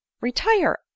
Retire